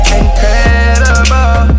incredible